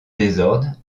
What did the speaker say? désordre